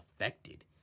affected